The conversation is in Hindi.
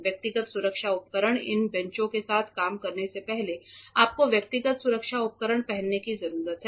व्यक्तिगत सुरक्षा उपकरण इन बेंचों के साथ काम करने से पहले आपको व्यक्तिगत सुरक्षा उपकरण पहनने की जरूरत है